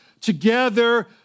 together